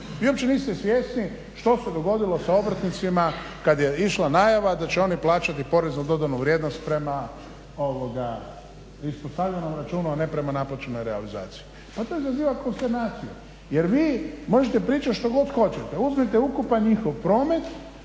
Vi uopće niste svjesni što se dogodilo sa obrtnicima kad je išla najava da će oni plaćati porez na dodanu vrijednost prema ispostavljenom računu, a ne prema naplaćenoj realizaciji. Pa to izaziva konsternaciju jer vi možete pričati što god hoćete, uzmite ukupan njihov promet